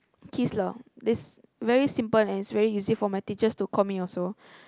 Qis lah this very simple and is very easy for my teachers to call me also